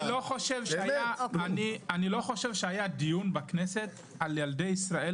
אני לא חושב שהיה דיון בכנסת על ילדי ישראל,